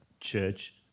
church